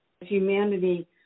Humanity